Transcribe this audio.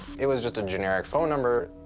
it was just a generic phone number.